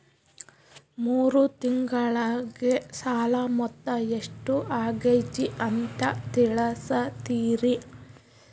ಮೂರು ತಿಂಗಳಗೆ ಸಾಲ ಮೊತ್ತ ಎಷ್ಟು ಆಗೈತಿ ಅಂತ ತಿಳಸತಿರಿ?